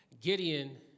Gideon